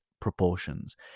proportions